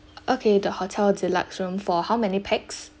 okay the hotel deluxe room for how many pax